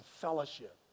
fellowship